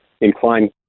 inclined